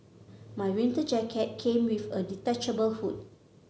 my winter jacket came with a detachable hood